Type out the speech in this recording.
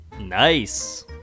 Nice